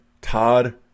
Todd